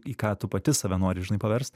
į ką tu pati save nori žinai paverst